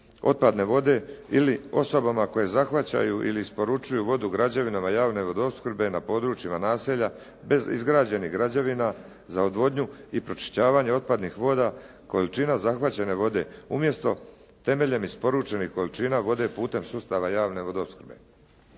otpadne vode ili osobama koje zahvaćaju ili isporučuju vodu građevinama javne vodoopskrbe na područjima naselja bez izgrađenih građevina za odvodnju i pročišćavanje otpadnih voda, količina zahvaćene vode, umjesto temeljem isporučenih količina vode putem sustava javne vodoopskrbe.